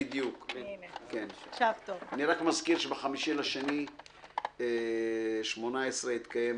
אני רק אזכיר שב-5 בפברואר 2018 התקיים